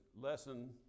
lesson